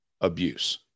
abuse